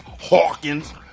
Hawkins